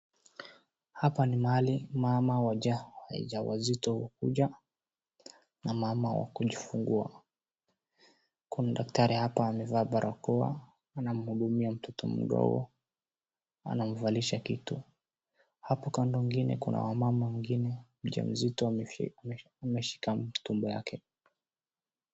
Hapa ni mahali mama wajawazito hukuja na mama wa kujifungua, kuna daktari hapa amevaa barakoa anamhudumia mtoto mdogo anamvalisha kitu, hapo kando ingine kuna wamama wengine mjamzito ameshika tumbo yake.